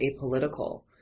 apolitical